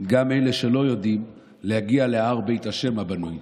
גם אלה שלא יודעים, להגיע להר בית ה' הבנוי.